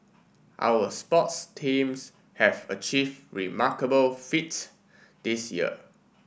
our sports teams have achieve remarkable feats this year